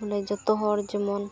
ᱵᱚᱞᱮ ᱡᱚᱛᱚ ᱦᱚᱲ ᱡᱮᱢᱚᱱ